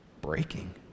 breaking